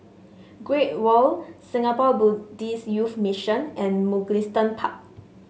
Great World Singapore Buddhist Youth Mission and Mugliston Park